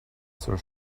zur